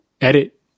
edit